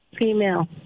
Female